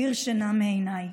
זה מדיר שינה מעיניי.